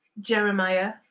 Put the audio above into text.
Jeremiah